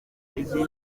izindi